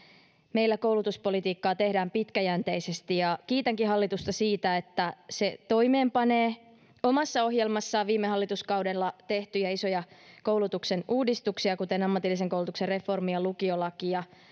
meillä koulutuspolitiikkaa tehdään pitkäjänteisesti ja kiitänkin hallitusta siitä että se toimeenpanee omassa ohjelmassaan viime hallituskaudella tehtyjä isoja koulutuksen uudistuksia kuten ammatillisen koulutuksen reformia lukiolakia